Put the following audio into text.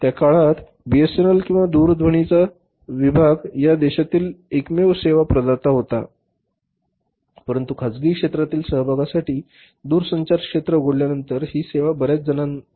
त्या काळात बीएसएनएल किंवा दूरध्वनीचा दूरध्वनी विभाग या देशातील एकमेव सेवा प्रदाता होता परंतु खासगी क्षेत्रातील सहभागासाठी दूरसंचार क्षेत्र उघडल्यानंतर ही सेवा बर्याच जणांकडून देण्यात आली